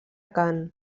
cant